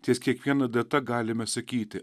ties kiekviena data galime sakyti